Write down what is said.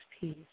peace